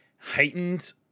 heightened